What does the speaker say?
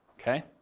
okay